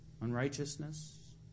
unrighteousness